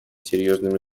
серьезными